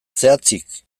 zehatzik